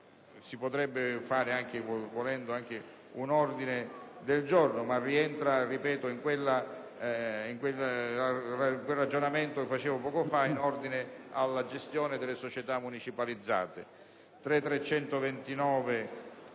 volendo, in un ordine del giorno, ma rientra in quel ragionamento che facevo poco fa, in ordine alla gestione delle società municipalizzate.